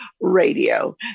Radio